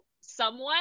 somewhat